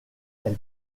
elle